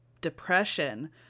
depression